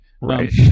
right